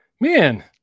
man